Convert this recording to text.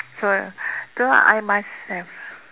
so so I must have